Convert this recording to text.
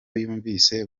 yumvise